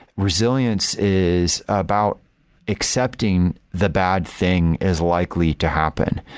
resilience is about accepting the bad thing is likely to happen,